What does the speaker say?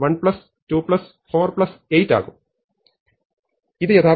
ആകും ഇത് യഥാർത്ഥത്തിൽ 2k 1 ആണ്